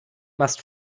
must